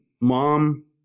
mom